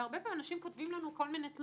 והרבה פעמים אנשים כותבים לנו תלונות